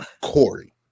Corey